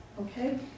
okay